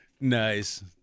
Nice